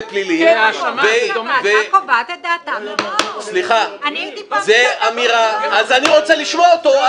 לא, סליחה --- אתה לא תפריע לו.